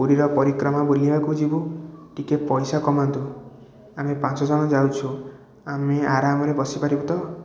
ପୁରୀର ପରିକ୍ରମା ବୁଲିବାକୁ ଯିବୁ ଟିକେ ପଇସା କମାନ୍ତୁ ଆମେ ପାଞ୍ଚ ଜଣ ଯାଉଛୁ ଆମେ ଆରାମରେ ବସିପାରିବୁ ତ